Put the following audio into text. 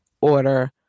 order